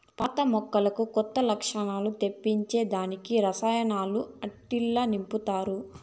పాత మొక్కలకు కొత్త లచ్చణాలు తెప్పించే దానికి రసాయనాలు ఆట్టిల్ల నింపతారు